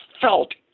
felt